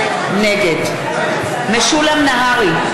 נגד משולם נהרי,